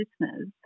listeners